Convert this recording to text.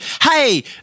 Hey